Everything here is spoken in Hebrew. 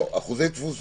לא בתוקף,